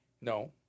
No